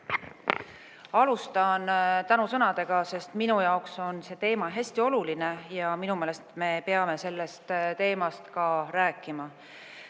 Alustan tänusõnadega, sest minu jaoks on see teema hästi oluline ja minu meelest me peame sellest teemast ka rääkima.